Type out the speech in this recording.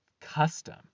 custom